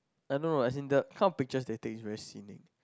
I don't know as in the how picture they take is very scening